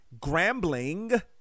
Grambling